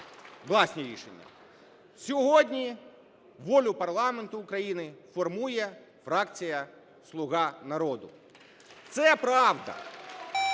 власні рішення. Сьогодні волю парламенту України формує фракція "Слуга народу". Це правда,